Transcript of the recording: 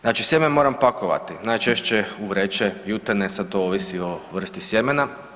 Znači sjeme moram pakovati, najčešće u vreće jutene, sad to ovisi o vrsti sjemena.